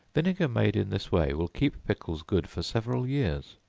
vinegar made in this way will keep pickles good for several years.